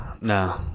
no